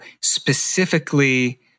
specifically